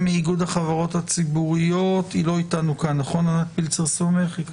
מאיגוד החברות הציבוריות ענת פילצר סומך.